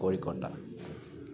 kozhukkatta